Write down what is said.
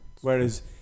Whereas